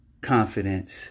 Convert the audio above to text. confidence